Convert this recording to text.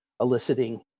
eliciting